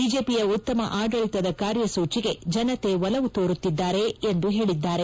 ಬಿಜೆಪಿಯ ಉತ್ತಮ ಆಡಳಿತದ ಕಾರ್ಯಸೂಚಿಗೆ ಜನತೆ ಒಲವು ತೋರುತ್ತಿದ್ದಾರೆ ಎಂದು ಹೇಳಿದ್ದಾರೆ